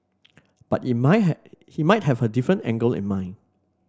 but he might he might have a different angle in mind